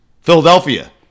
Philadelphia